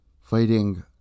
Fighting